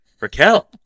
Raquel